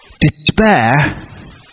despair